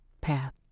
path